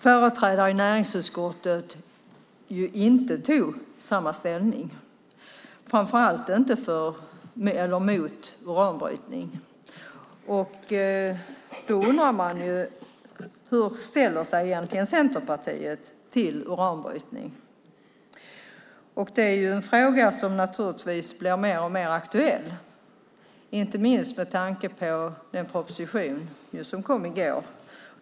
Företrädare i näringsutskottet tog inte samma ställning, framför allt inte mot uranbrytning. Hur ställer sig egentligen Centerpartiet till uranbrytning? Det är en fråga som blir alltmer aktuell, inte minst med tanke på den proposition som kom i går.